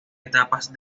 etapas